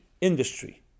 industry